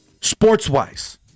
sports-wise